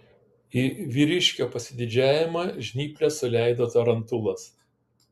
į vyriškio pasididžiavimą žnyples suleido tarantulas